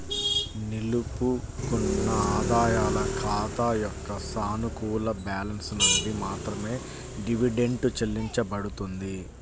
నిలుపుకున్న ఆదాయాల ఖాతా యొక్క సానుకూల బ్యాలెన్స్ నుండి మాత్రమే డివిడెండ్ చెల్లించబడుతుంది